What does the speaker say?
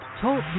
Talk